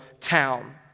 town